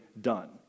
done